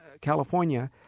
California